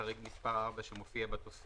חריג מספר 4 שמופיע בתוספת.